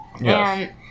Yes